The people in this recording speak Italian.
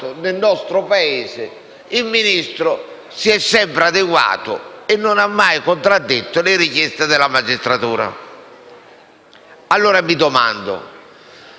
nel nostro Paese il Ministro si è sempre adeguato e non ha mai contraddetto le richieste della magistratura. Mi domando,